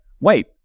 wait